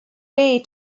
way